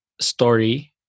story